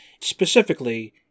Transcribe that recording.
specifically